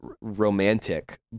romantic